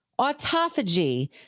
autophagy